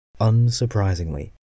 Unsurprisingly